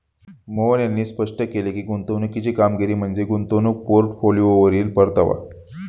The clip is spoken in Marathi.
मोहन यांनी स्पष्ट केले की, गुंतवणुकीची कामगिरी म्हणजे गुंतवणूक पोर्टफोलिओवरील परतावा